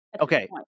Okay